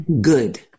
Good